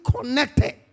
connected